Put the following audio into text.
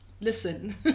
Listen